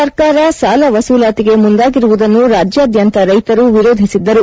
ಸರ್ಕಾರ ಸಾಲ ವಸೂಲಾತಿಗೆ ಮುಂದಾಗಿರುವುದನ್ನು ರಾಜ್ಯಾದ್ಯಂತ ರೈತರು ವಿರೋಧಿಸಿದ್ದರು